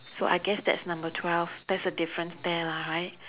so I guess that's number twelve that's a difference there lah right